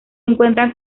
encuentran